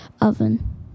oven